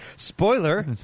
Spoiler